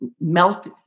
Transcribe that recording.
melt